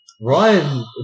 Ryan